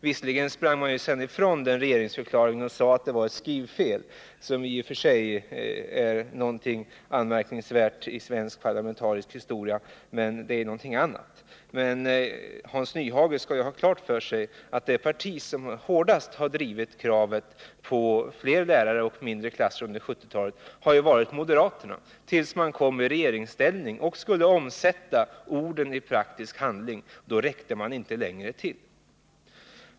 Visserligen sprang man ifrån den delen av regeringsförklaringen med hänvisning till att det var ett skrivfel — i och för sig en anmärkningsvärd sak i svensk parlamentarisk historia. Hans Nyhage skall ha klart för sig att just moderaterna är det parti som under 1970-talet hårdast har drivit kravet på fler lärare och mindre klasser. Det har man gjort ända till dess man kom i regeringsställning och skulle omsätta orden i praktisk handling. Då räckte man inte längre till.